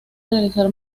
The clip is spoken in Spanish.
realizar